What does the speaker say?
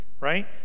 right